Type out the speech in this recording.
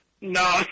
No